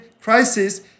crisis